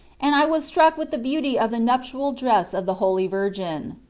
and i was struck with the beauty of the nuptial dress of the holy virgin.